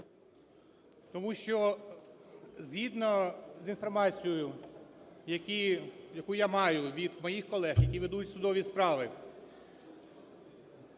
Тому що згідно з інформацією, яку я маю від моїх колеги, які ведуть судові справи,